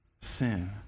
sin